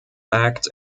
act